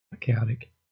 Chaotic